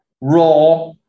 raw